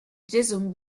jason